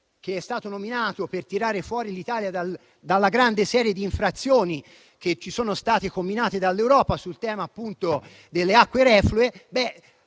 che è stato nominato per tirare fuori l'Italia dalla grande serie di infrazioni che ci sono state comminate dall'Europa sul tema delle acque reflue